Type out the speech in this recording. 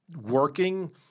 working